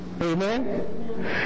amen